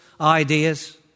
ideas